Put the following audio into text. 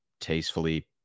tastefully